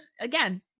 again